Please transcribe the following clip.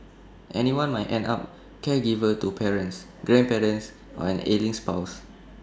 anyone might end up caregiver to parents grandparents or an ailing spouse